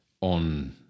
on